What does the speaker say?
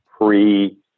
pre